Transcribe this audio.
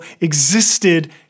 existed